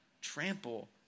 trample